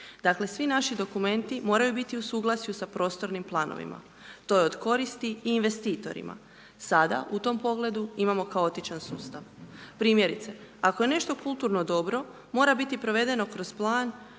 Dakle svi naši dokumenti moraju biti u suglasju sa prostornim planovima, to je od koristi i investitorima. Sada u tom pogledu imamo kaotičan sustav. Primjerice, ako je nešto kulturno dobro, mora biti provedeno kroz plan